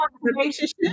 relationship